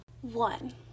one